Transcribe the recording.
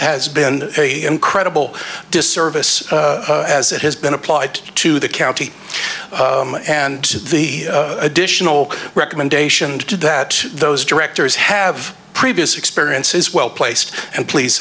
has been a incredible disservice as it has been applied to the county and the additional recommendation to that those directors have previous experience is well placed and please